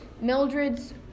mildred's